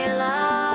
love